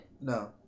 no